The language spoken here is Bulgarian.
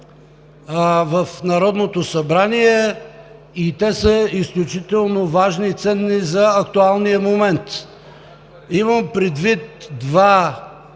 в Народното събрание и те са изключително важни и ценни за актуалния момент. Имам предвид два